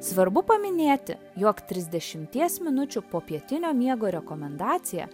svarbu paminėti jog trisdešimties minučių popietinio miego rekomendacija